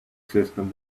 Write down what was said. system